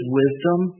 wisdom